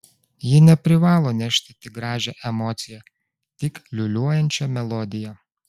ji neprivalo nešti tik gražią emociją tik liūliuojančią melodiją